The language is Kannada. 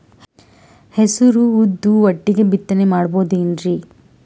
ಹೆಸರು ಉದ್ದು ಒಟ್ಟಿಗೆ ಬಿತ್ತನೆ ಮಾಡಬೋದೇನ್ರಿ?